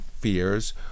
Fears